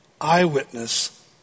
eyewitness